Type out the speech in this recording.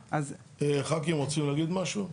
ח"כים רוצים להגיש משהו?